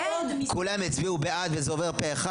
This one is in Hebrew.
כולם יצביעו בעד וזה עובר פה אחד?